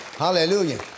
Hallelujah